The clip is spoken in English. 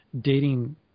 dating